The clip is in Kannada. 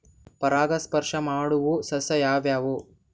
ಪರಾಗಸ್ಪರ್ಶ ಮಾಡಾವು ಸಸ್ಯ ಯಾವ್ಯಾವು?